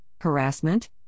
harassment